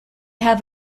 have